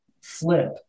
Flip